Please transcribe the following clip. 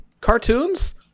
Cartoons